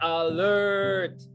alert